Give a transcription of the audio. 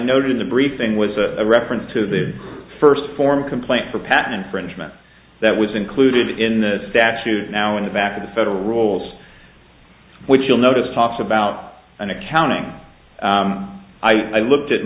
noted in the briefing was a reference to the first formal complaint for patent infringement that was included in the statute now in the back of the federal rules which you'll notice talks about an accounting i looked at